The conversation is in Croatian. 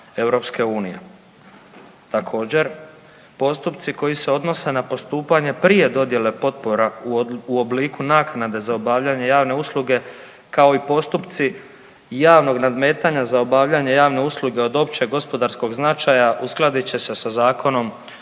Također, postupci koji se odnose na postupanje prije dodjele potpora u obliku naknade za obavljanje javne usluge kao i postupci javnog nadmetanja za obavljanje javne usluge od općeg gospodarskog značaja uskladit će se sa Zakonom